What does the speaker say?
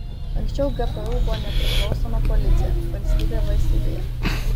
anksčiau gpu buvo nepriklausoma policija valstybė valstybėje